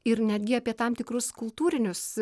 ir netgi apie tam tikrus kultūrinius